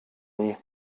nie